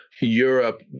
Europe